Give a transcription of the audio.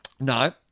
No